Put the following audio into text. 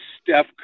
Steph